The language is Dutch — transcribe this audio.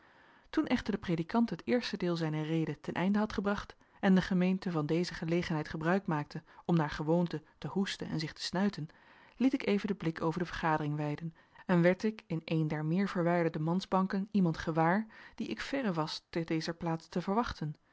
toen echter de predikant het eerste deel zijner rede ten einde had gebracht en de gemeente van deze gelegenheid gebruik maakte om naar gewoonte te hoesten en zich te snuiten liet ik even den blik over de vergadering weiden en werd ik in een der meer verwijderde mansbanken iemand gewaar dien ik verre was te dezer plaats te verwachten